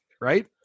right